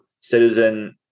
citizen